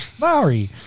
Lowry